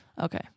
Okay